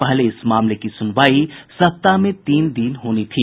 पहले इस मामले की सुनवाई सप्ताह में तीन दिन होनी थी